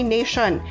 Nation